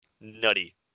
nutty